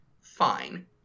fine